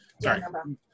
Sorry